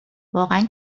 واقعا